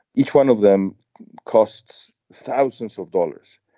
each one of them costs thousands of dollars.